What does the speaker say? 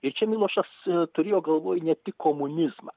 ir čia milošas turėjo galvoj ne tik komunizmą